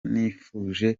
nifuje